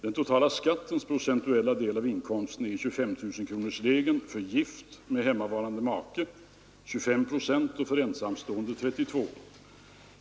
Den totala skattens procentuella del av inkomsten är i 25 000-kronorsläget för gift med hemmavarande make 25 procent och för en ensamstående 32 procent.